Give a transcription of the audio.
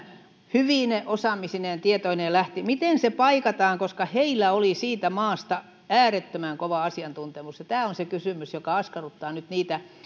hyvine osaamisineen ja tietoineen lähti miten se paikataan koska heillä oli siitä maasta äärettömän kova asiantuntemus tämä on se kysymys joka askarruttaa nyt niitä